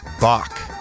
Bach